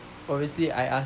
obviously I ask ah